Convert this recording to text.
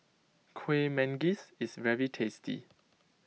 Kueh Manggis is very tasty